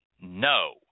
no